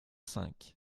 cinq